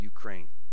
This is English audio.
Ukraine